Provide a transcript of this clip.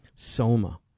Soma